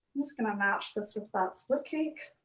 i'm just gonna match this with that split cake.